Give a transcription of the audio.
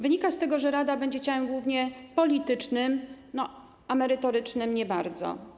Wynika z tego, że rada będzie ciałem głównie politycznym, a merytorycznym nie bardzo.